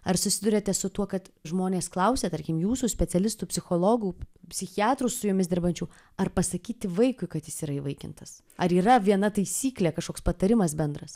ar susiduriate su tuo kad žmonės klausia tarkim jūsų specialistų psichologų psichiatrų su jumis dirbančių ar pasakyti vaikui kad jis yra įvaikintas ar yra viena taisyklė kažkoks patarimas bendras